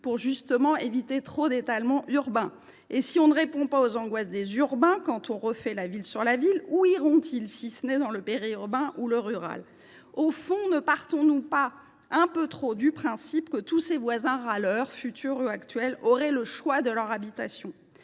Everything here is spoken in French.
pour éviter l’étalement urbain ? Qui plus est, si l’on ne répond pas aux angoisses des urbains, quand on refait la ville sur la ville, où iront ils, si ce n’est dans le périurbain ou le rural ? Au fond, ne partons nous pas un peu trop du principe que tous ces voisins râleurs, futurs ou actuels, auraient le choix de leur habitation